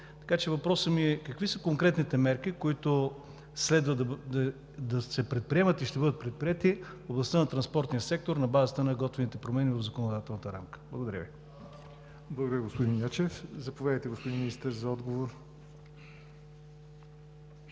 Въпросът ми е: какви са конкретните мерки, които следва да се предприемат и ще бъдат предприети в областта на транспортния сектор на базата на готвените промени в законодателната рамка? Благодаря. ПРЕДСЕДАТЕЛ ЯВОР НОТЕВ: Благодаря, господин Ячев. Заповядайте, господин Министър, за отговор.